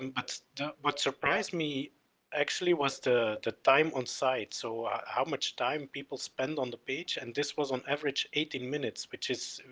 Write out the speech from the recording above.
um but what surprised me actually was the time onsite so how much time people spend on the page and this was on average eighteen minutes which is,